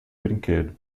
brinquedo